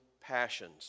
passions